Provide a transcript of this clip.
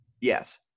Yes